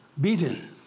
beaten